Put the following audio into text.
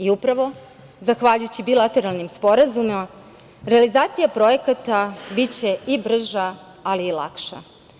Upravo zahvaljujući bilateralnim sporazumom, realizacija projekata biće i brža ali i lakša.